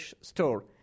store